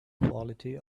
quality